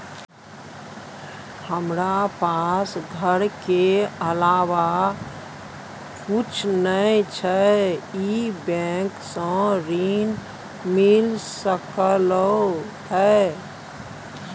हमरा पास घर के अलावा कुछ नय छै ई बैंक स ऋण मिल सकलउ हैं?